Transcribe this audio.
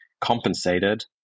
compensated